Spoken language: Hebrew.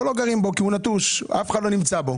אבל לא גרים בו כי הוא נטוש; אף אחד לא נמצא בו.